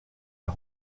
der